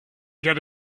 get